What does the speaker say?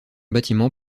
bâtiment